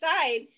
side